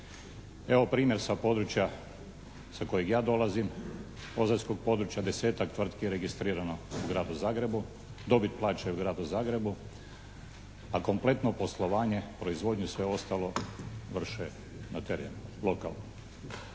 Evo primjer sa područja sa kojeg ja dolazim, ozaljskog područja, 10-tak tvrtki je registrirano u Gradu Zagrebu, dobit plaćaju Gradu Zagrebu, a kompletno poslovanje, proizvodnju i sve ostalo vrše na terenu, lokano.